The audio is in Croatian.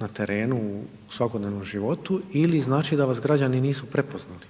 na terenu, u svakodnevnom životu ili znači da vas građani nisu prepoznali.